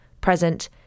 present